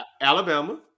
Alabama